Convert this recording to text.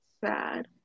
sad